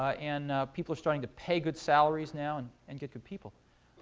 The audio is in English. ah and people are starting to pay good salaries now, and and get good people.